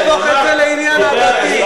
אל תהפוך את זה לעניין עדתי.